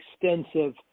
extensive